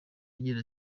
agira